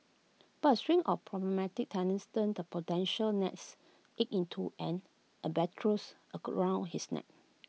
but A string of problematic tenants turned the potential nests egg into an albatross his neck